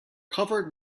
covered